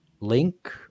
Link